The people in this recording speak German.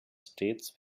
stets